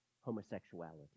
homosexuality